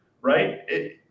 right